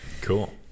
Cool